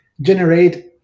generate